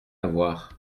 voir